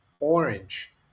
orange